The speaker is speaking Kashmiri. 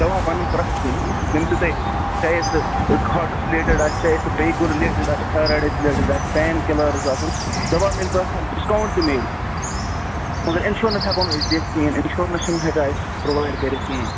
دواہ بَنن پرٮ۪تھ کانہہ یِم تہِ تۄہہ چاہے سُہ ہاٹس رِلیٹِڈ آسہِ چاہے سُہ بیٚیہِ کُنہِ رِلیٚٹِڈ آسہِ تھایرایڈس رِلیٚٹِڈ آسہِ پین کِلٲرس آسن دواہ میلہِ پریتھ کانہہ ڈِسکاوُنٹ تہِ میٚلہِ مگر اِنشورَنس ہیکو نہٕ أسۍ دِتھ کِہیٖنۍ اِنشورَنس چھِنہٕ ہیکان أسی پرٛووایِڈ کٔرتھ کِہیٖنۍ